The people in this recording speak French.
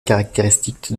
caractéristique